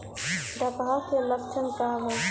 डकहा के लक्षण का वा?